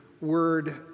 word